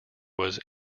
was